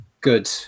good